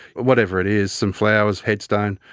whatever it is, some flowers, headstone.